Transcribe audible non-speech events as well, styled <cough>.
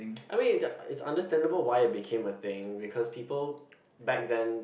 I mean <noise> it's understandable why it became a thing because people back then